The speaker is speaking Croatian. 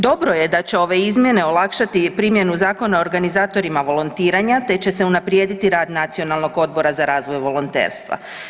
Dobro je da će ove izmjene olakšati i primjenu zakona organizatorima volontiranja, te će se unaprijediti rad Nacionalnog odbora za razvoj volonterstva.